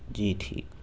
جی ٹھیک